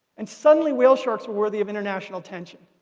and suddenly, whale sharks were worthy of international attention,